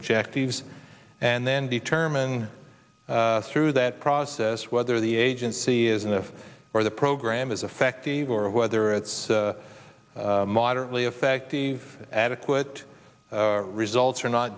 objectives and then determine through that process whether the agency is enough or the program is effective or whether it's moderately effective adequate results are not